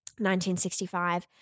1965